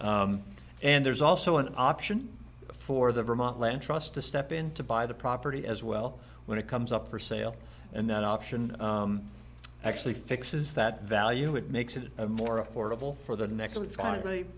and there's also an option for the vermont land trust to step in to buy the property as well when it comes up for sale and that option actually fixes that value it makes it more affordable for the next